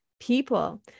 people